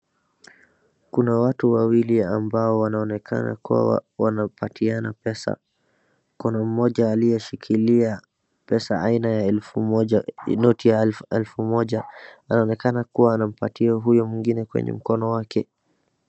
Kuna watu wawili ambao wanaonekana kuwa wanapatiana pesa. Kuna mmoja aliyeshikilia pesa aina ya elfu moja noti ya elfumoja anaonekana kuwa anampatia huyo mwingine kwenye mkono wake.